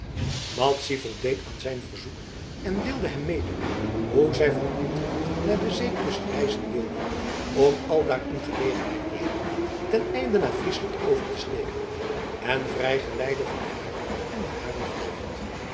madzy voldeed aan zijn verzoek en deelde hem mede hoe zij van utrecht naar de zeekust reizen wilde om aldaar een gelegenheid te zoeken ten einde naar friesland over te steken en vrijgeleide voor haar en de haren verzocht